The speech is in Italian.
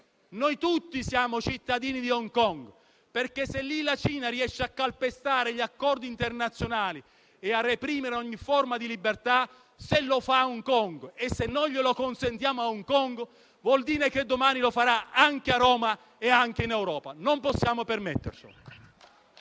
Noi tutti siamo cittadini di Hong Kong perché, se lì la Cina riesce a calpestare gli accordi internazionali e a reprimere ogni forma di libertà, se lo fa ad Hong Kong e noi glielo consentiamo, vuol dire che domani lo farà anche a Roma e anche in Europa e non possiamo permettercelo.